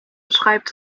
schreibt